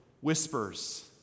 whispers